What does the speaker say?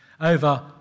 over